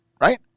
Right